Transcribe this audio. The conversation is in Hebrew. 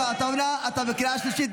חבר הכנסת עטאונה, אתה בקריאה שלישית.